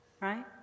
Right